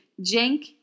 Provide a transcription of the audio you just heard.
Jenk